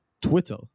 Twitter